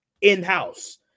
in-house